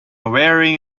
wearing